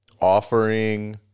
offering